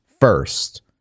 first